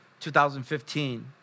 2015